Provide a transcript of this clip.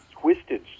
twisted